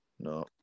No